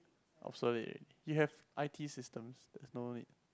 obsolete already you have i_t systems there's no need